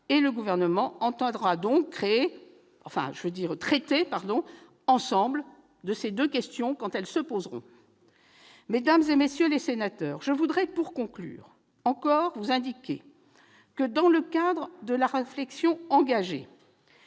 Le Gouvernement entend donc traiter ensemble de ces deux questions lorsqu'elles se poseront. Mesdames, messieurs les sénateurs, pour conclure, je vous indique que, dans le cadre de la réflexion engagée,